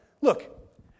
Look